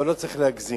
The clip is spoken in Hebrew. אבל לא צריך להגזים.